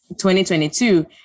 2022